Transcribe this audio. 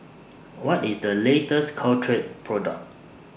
What IS The latest Caltrate Product